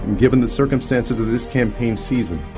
given the circumstances of this campaign season,